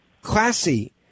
classy